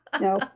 no